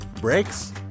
Brakes